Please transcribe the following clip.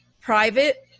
private